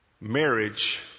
Marriage